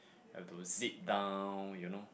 I have to zip down you know